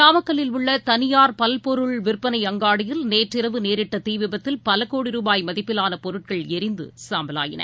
நாமக்கல்லில் உள்ளதனியார் பல்பொருள் விற்பனை அங்காடியில் நேற்றிரவு நேரிட்டதீவிபத்தில் பலகோடி ரூபாய் மதிப்பிலானபொருட்கள் எரிந்துசாம்பலாயின